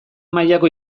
mailako